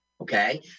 okay